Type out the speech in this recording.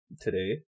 Today